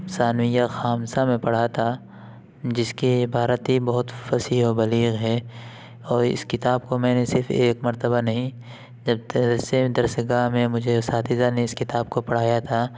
ثانویہ خامسہ میں پڑھا تھا جس کی عبارت ہی بہت فصیح و بلیغ ہے اور اس کتاب کو میں نے صرف ایک مرتبہ نہیں درس گاہ میں مجھے اساتذہ نے اس کتاب کو پڑھایا تھا